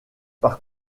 par